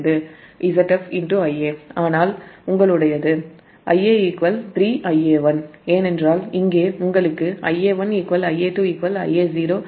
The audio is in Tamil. எனவே Va Zf Ia மற்றும் Ia 3 Ia1 ஏனென்றால் இங்கே உங்களுக்கு Ia1 Ia2 Ia0 13 Ia என்று உங்களுக்கு தெரியும்